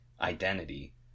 identity